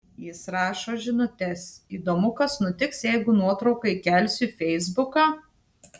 jis rašo žinutes įdomu kas nutiks jeigu nuotrauką įkelsiu į feisbuką